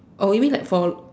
oh you mean like for